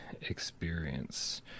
experience